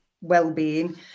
well-being